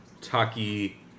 Taki